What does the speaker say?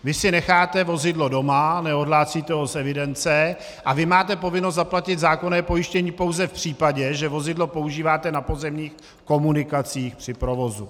Vy si necháte vozidlo doma, neodhlásíte ho z evidence a máte povinnost zaplatiti zákonné pojištění pouze v případě, že vozidlo používáte na pozemních komunikacích při provozu.